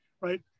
right